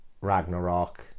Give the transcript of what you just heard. Ragnarok